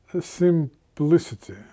simplicity